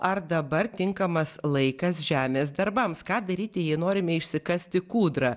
ar dabar tinkamas laikas žemės darbams ką daryti jei norime išsikasti kūdrą